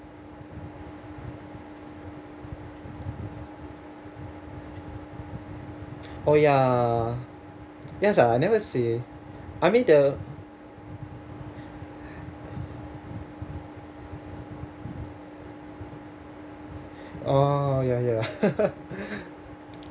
oh ya yes ah I never see I mean the oh ya ya